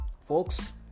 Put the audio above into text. folks